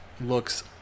looks